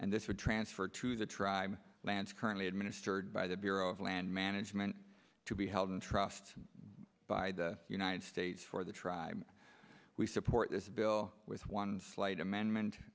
and this would transfer to the tribal lands currently administered by the bureau of land management to be held in trust by the united states for the tribe we support this bill with one slight amendment